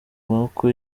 maboko